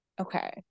Okay